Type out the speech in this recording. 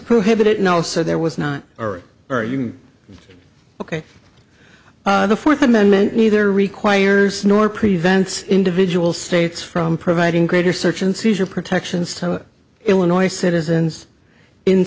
prohibit it and also there was not or are you ok the fourth amendment either requires nor prevents individual states from providing greater search and seizure protections to illinois citizens in